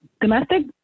domestic